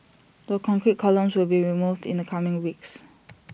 the concrete columns will be removed in the coming weeks